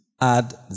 Add